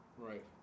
Right